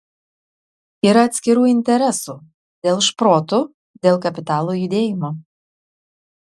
yra atskirų interesų dėl šprotų dėl kapitalo judėjimo